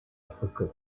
brücke